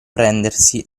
prendersi